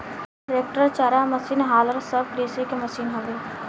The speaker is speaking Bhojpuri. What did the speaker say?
ट्रेक्टर, चारा मसीन, हालर सब कृषि के मशीन हवे